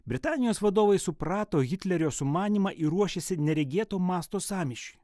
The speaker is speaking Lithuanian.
britanijos vadovai suprato hitlerio sumanymą ir ruošėsi neregėto masto sąmyšiui